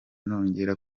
nongera